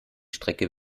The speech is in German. strecke